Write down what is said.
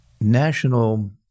national